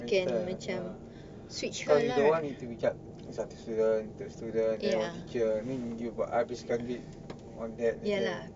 better ya cause we don't want need to to be up to student the student then one teacher I mean you buat habiskan duit on that